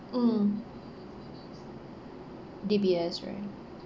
mm D_B_S right